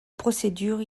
procédures